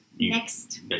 next